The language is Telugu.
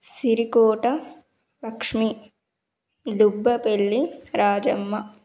సిరికోట లక్ష్మి దుబ్బపెల్లి రాజమ్మ